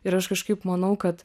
ir aš kažkaip manau kad